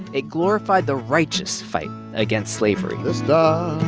it glorified the righteous fight against slavery the